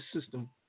system